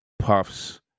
Puff's